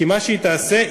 כי מה שהיא תעשה,